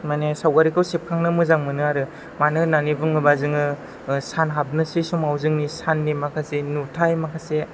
माने सावगारिखौ सेबखांनो मोजां मोनो आरो मानो होननानै बुङोब्ला जोङो सान हाबनोसै समाव जोंनि साननि माखासे नुथाय माखासे